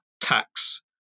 tax